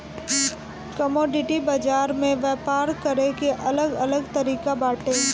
commodity बाजार में व्यापार करे के अलग अलग तरिका बाटे